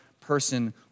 person